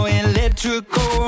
electrical